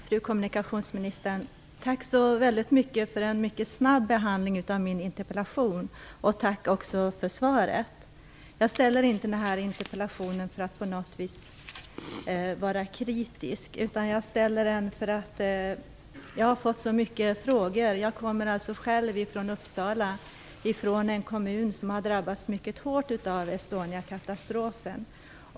Fru talman! Tack så väldigt mycket för den snabba behandlingen av min interpellation. Tack också för svaret! Jag ställde inte den här interpellationen för att vara kritisk, utan jag gjorde det därför att jag har fått så många frågor. Jag är själv från Uppsala, en kommun som har drabbats mycket hårt av Estoniakatastrofen.